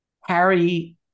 harry